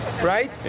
right